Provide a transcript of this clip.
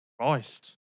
Christ